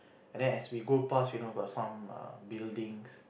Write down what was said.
and then as we go past you know got some err buildings